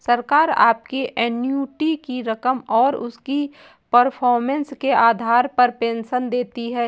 सरकार आपकी एन्युटी की रकम और उसकी परफॉर्मेंस के आधार पर पेंशन देती है